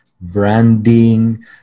branding